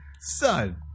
son